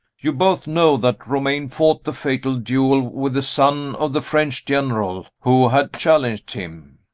you both know that romayne fought the fatal duel with a son of the french general who had challenged him.